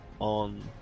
on